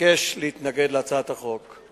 אבקש להתנגד להצעת החוק.